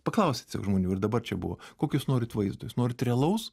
paklausi tiesiog žmonių ir dabar čia buvo kokio jūs norit vaizdo jūs nors realaus